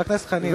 חבר הכנסת חנין,